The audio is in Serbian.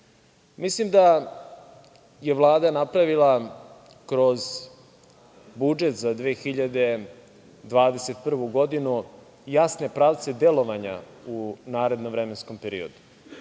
da je Vlada napravila kroz budžet za 2021. godinu jasne pravce delovanja u narednom vremenskom periodu